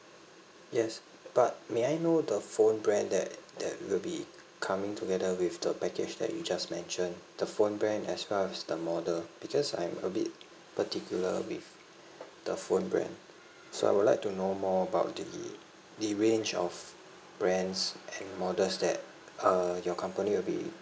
yes but may I know the phone brand that that will be coming together with the package that you just mentioned the phone brand as well as the model because I'm a bit particular with the phone brand so I would like to know more about the the range of brands and models that uh your company will be